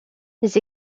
les